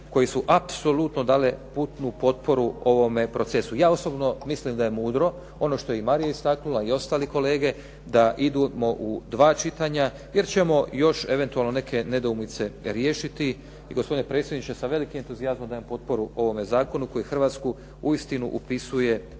koje su apsolutno dale punu potporu ovome procesu. Ja osobno mislim da je mudro ono što je i Marija istaknula i ostali kolege da idemo u dva čitanja jer ćemo još eventualno neke nedoumice riješiti. I gospodine predsjedniče sa velikim entuzijazmom dajem potporu ovome zakonu koji Hrvatsku uistinu upisuje